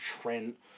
Trent